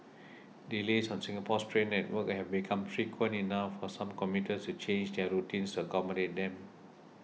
delays on Singapore's train network have become frequent enough for some commuters to change their routines to accommodate them